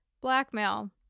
Blackmail